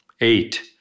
Eight